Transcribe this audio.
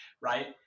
right